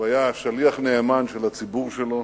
הוא היה שליח נאמן של הציבור שלו,